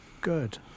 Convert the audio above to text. Good